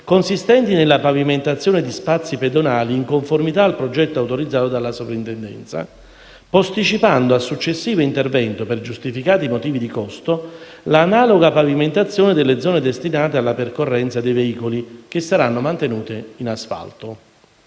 consistenti nella pavimentazione di spazi pedonali in conformità al progetto autorizzato dalla Soprintendenza, posticipando a successivo intervento per giustificati motivi di costo, la analoga pavimentazione delle zone destinate alla percorrenza dei veicoli, che saranno mantenute in asfalto.